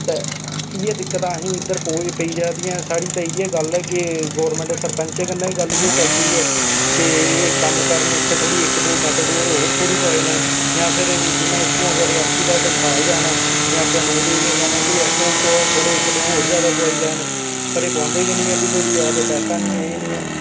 ते इ'यै दिक्कतां असेंगी पेई जंदियां साढ़े ते इ'यै गल्ल ऐ कि गोरमैंट सरपैंचें कन्नै बी इ'यै गल्ल चलदी ऐ ते एह् इक्क दो कम्म करन ते इक्क दो थोह्ड़ी होर मैटाडोर करी लैन जां फ्ही हून जिन्ने रियासी दा डनसाल जाना जां अग्गें नौ देवियां जाना ते इक्क दो ऑटो होर पाई लैन पर एह् पोआंदे निं हैन आक्खदे कि पैसा निं ऐ एह् निं ऐ